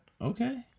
Okay